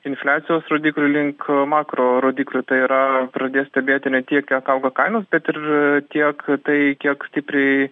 infliacijos rodiklių link makrorodiklių tai yra pradės stebėti ne tiek kiek auga kainos bet ir tiek tai kiek stipriai